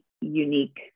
unique